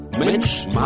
Mensch